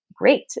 great